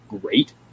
great